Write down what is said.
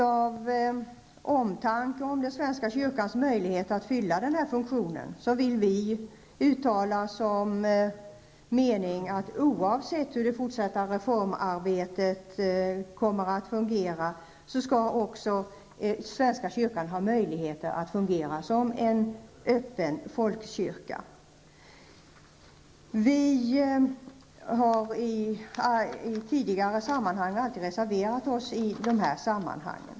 Av omtanke om den svenska kyrkans möjligheter att fylla denna funktion, vill vi uttala som vår mening att svenska kyrkan, oavsett hur det fortsatta reformarbetet kommer att fungera, också skall ha möjligheter att fungera som en öppen folkkyrka. Vi har tidigare alltid reserverat oss i dessa sammanhang.